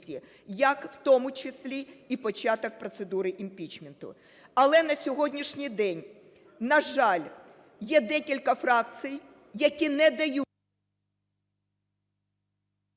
як в тому числі і початок процедури імпічменту. Але на сьогоднішній день, на жаль, є декілька фракцій, які не дають...